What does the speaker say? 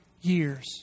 years